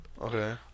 Okay